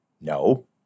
no